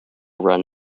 run